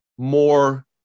more